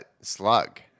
slug